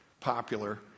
popular